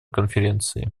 конференции